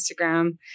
Instagram